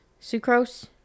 sucrose